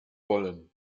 wollen